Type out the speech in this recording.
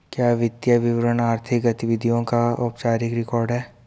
क्या वित्तीय विवरण आर्थिक गतिविधियों का औपचारिक रिकॉर्ड है?